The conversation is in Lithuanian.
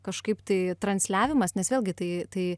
kažkaip tai transliavimas nes vėlgi tai tai